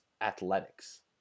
athletics